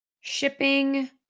Shipping